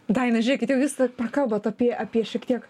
daina žiūrėkit jau jūs prakalbot apie apie šiek tiek